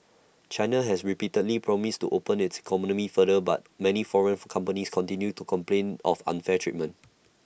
China has repeatedly promised to open its economy further but many foreign companies continue to complain of unfair treatment